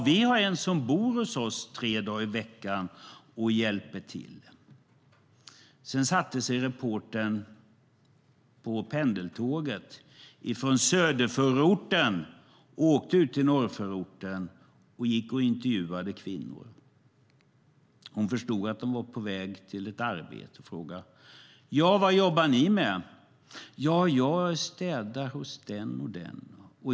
Vi har en som bor hos oss tre dagar i veckan och hjälper till. Sedan satte sig reportern på pendeltåget från söderförorten och åkte ut till norrförorten, där hon gick runt och intervjuade kvinnor. Hon förstod att de var på väg till ett arbete och frågade vad de jobbade med. De svarade: Jag städar hos den och den.